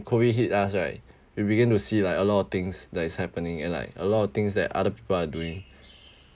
COVID hit us right we begin to see like a lot of things that is happening and like a lot of things that other people are doing